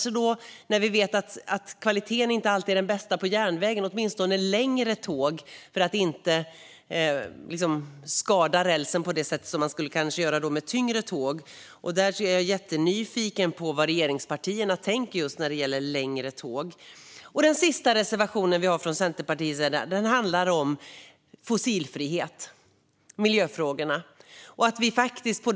Eftersom kvaliteten inte är den bästa på järnvägen handlar det kanske främst om längre tåg för att inte skada rälsen med tyngre tåg. Jag är jättenyfiken på vad regeringspartierna tänker här. Vår sista reservation handlar om fossilfrihet.